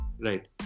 Right